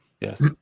yes